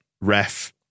ref